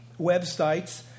websites